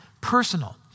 personal